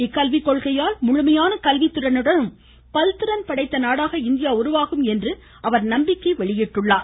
இக்கல்விக்கொள்கையால் முழுமையான கல்வித்திறனுடன் பல்திறன் படைத்த நாடாக இந்தியா உருவாகும் என்றும் நம்பிக்கை தெரிவித்தார்